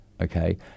Okay